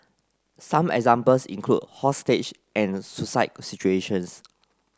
some examples include hostage and suicide situations